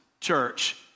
church